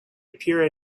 appear